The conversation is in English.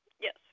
Yes